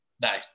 no